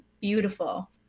beautiful